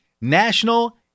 National